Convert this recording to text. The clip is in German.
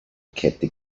kette